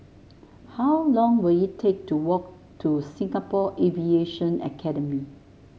how long will it take to walk to Singapore Aviation Academy